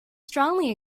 strongly